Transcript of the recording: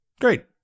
great